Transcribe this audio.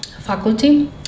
faculty